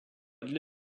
для